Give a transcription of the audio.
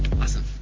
Awesome